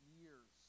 years